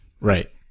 Right